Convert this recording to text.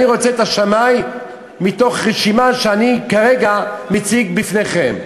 אני רוצה את השמאי מתוך רשימה שאני כרגע מציג בפניכם,